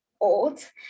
old